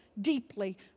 deeply